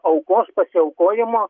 aukos pasiaukojimo